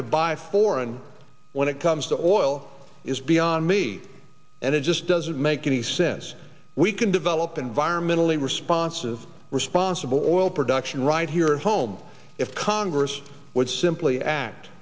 to buy foreign when it comes to oil is beyond me and it just doesn't make any sense we can develop environmentally responses responsible all production right here at home if congress would simply act